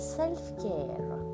self-care